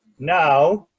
now,